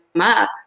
up